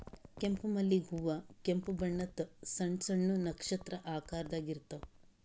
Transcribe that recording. ಕೆಂಪ್ ಮಲ್ಲಿಗ್ ಹೂವಾ ಕೆಂಪ್ ಬಣ್ಣದ್ ಸಣ್ಣ್ ಸಣ್ಣು ನಕ್ಷತ್ರ ಆಕಾರದಾಗ್ ಇರ್ತವ್